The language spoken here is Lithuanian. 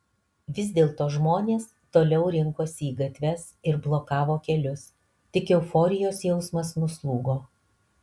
vis dėlto žmonės toliau rinkosi į gatves ir blokavo kelius tik euforijos jausmas nuslūgo